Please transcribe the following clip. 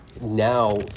Now